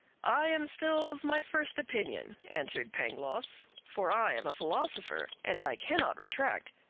i am still of my first opinion, answered pangloss, for i am a philosopher and i cannot retract,